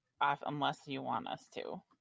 unless-you-want-us-to